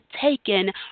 taken